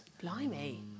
Blimey